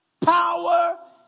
power